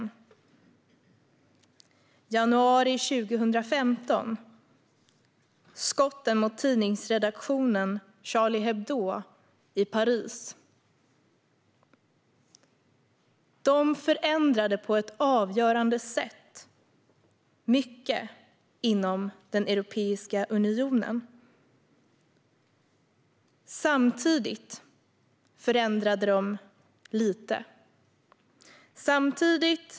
I januari 2015 förändrade skotten mot tidningsredaktionen Charlie Hebdo i Paris på ett avgörande sätt mycket inom Europeiska unionen. Samtidigt förändrade de lite.